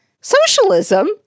Socialism